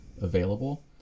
available